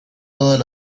todas